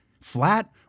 flat